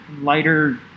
lighter